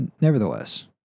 nevertheless